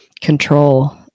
control